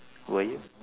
were you